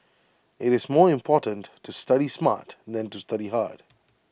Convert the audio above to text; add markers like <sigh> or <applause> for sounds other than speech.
<noise> IT is more important to study smart than to study hard